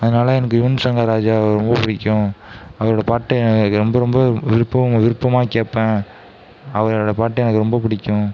அதனால எனக்கு யுவன் சங்கர் ராஜாவை ரொம்ப பிடிக்கும் அவரோட பாட்டு எனக்கு ரொம்ப ரொம்ப விருப்பம் விருப்பமாக கேட்பேன் அவரோடய பாட்டு எனக்கு ரொம்ப பிடிக்கும்